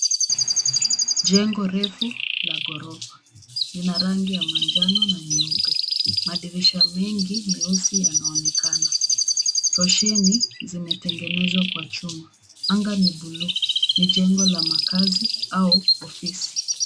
Jengo refu la ghorofa. Lina rangi ya manjano na nyeupe. Madirisha mengi meusi yanaonekana. Roshani zimetengenezwa kwa chuma. Anga ni bluu. Ni jengo la makazi au ofisi.